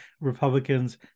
Republicans